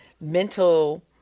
mental